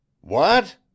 What